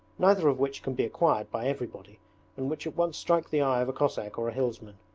neither of which can be acquired by everybody and which at once strike the eye of a cossack or a hillsman.